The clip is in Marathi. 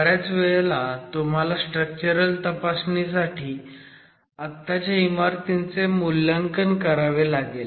बऱ्याच वेळेला तुम्हाला स्ट्रक्चरल तपासणी साठी आत्ताच्या इमारतीचे मूल्यांकन करावे लागेल